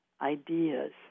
ideas